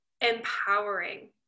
empowering